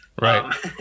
right